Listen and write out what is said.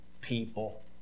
people